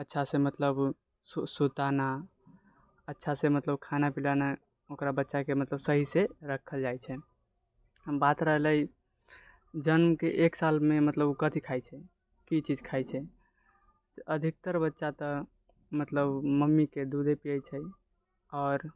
अच्छासँ मतलब सुताना अच्छासँ मतलब खाना खिलाना ओकरा मतलब बच्चाके सहीसँ राखल जाइ छै बात रहले जन्मके एक सालमे मतलब ओऽ कथी खाइ छै की चीज खाइ छै तऽ अधिकतर बच्चा तऽ मतलब मम्मीके दूधे पिए छै आओर